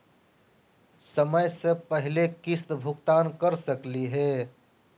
समय स पहले किस्त भुगतान कर सकली हे?